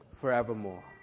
forevermore